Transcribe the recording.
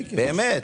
באמת.